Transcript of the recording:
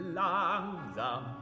langsam